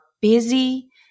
busy